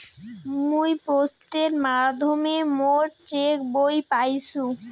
মুই পোস্টের মাধ্যমে মোর চেক বই পাইসু